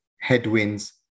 headwinds